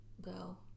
go